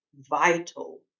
vital